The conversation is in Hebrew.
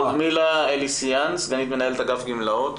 לודמילה אליאסיאן, סגנית מנהלת אגף גמלאות